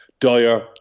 dire